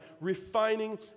refining